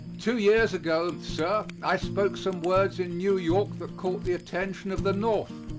two years ago, sir, i spoke some words in new york that caught the attention of the north.